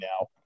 now